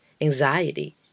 anxiety